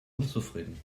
unzufrieden